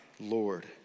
Lord